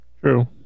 True